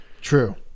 True